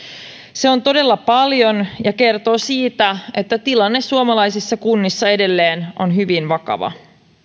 se on todella paljon ja kertoo siitä että tilanne suomalaisissa kunnissa edelleen on hyvin vakava